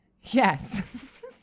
Yes